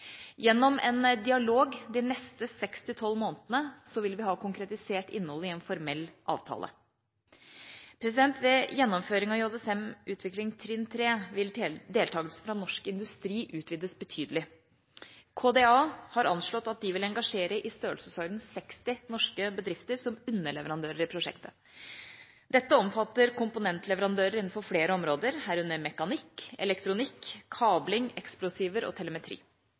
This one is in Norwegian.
Gjennom en dialog de neste seks til tolv månedene vil vi ha konkretisert innholdet i en formell avtale. Ved gjennomføring av JSM-utvikling trinn 3, vil deltakelse fra norsk industri utvides betydelig. KDA har anslått at de vil engasjere i størrelsesordenen 60 norske bedrifter som underleverandører i prosjektet. Dette omfatter komponentleverandører innenfor flere områder, herunder mekanikk, elektronikk, kabling, eksplosiver og telemetri.